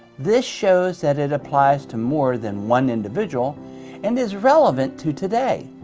this shows that it applies to more than one individual and is relevant to today.